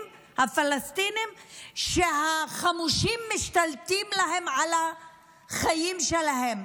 הפלסטינים שהחמושים משתלטים להם על החיים שלהם.